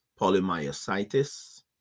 polymyositis